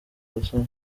basore